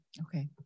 okay